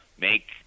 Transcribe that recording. make